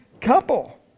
couple